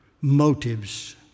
motives